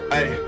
Hey